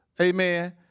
Amen